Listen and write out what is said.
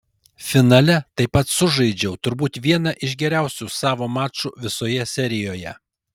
finale taip pat sužaidžiau turbūt vieną iš geriausių savo mačų visoje serijoje